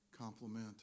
complement